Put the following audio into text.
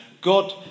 God